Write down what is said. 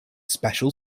special